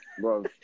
Bro